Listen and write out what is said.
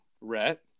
Rhett